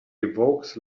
evokes